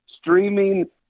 streaming